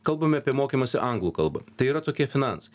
kalbame apie mokymąsi anglų kalba tai yra tokie finansai